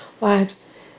lives